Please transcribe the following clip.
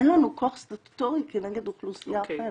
אין לנו כוח סטטוטורי כנגד אוכלוסייה אחרת,